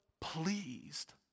pleased